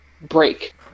break